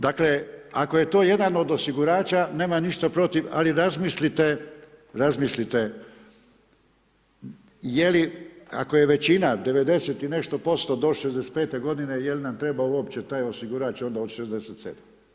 Dakle, ako je to jedan od osigurača nemam ništa protiv, ali razmislite, razmislite je li ako je većina 90 i nešto posto do 65. godine jel' nam treba uopće taj osigurač onda od 67.